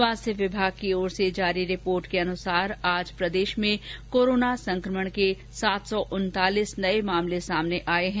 स्वास्थ्य विभाग की ओर से जारी रिपोर्ट के अनुसार आज प्रदेश में कोरोना संकमण के सात सौ उनतालिस नए मामले सामने आए हैं